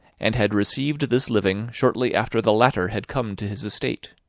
and had received this living shortly after the latter had come to his estate.